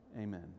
amen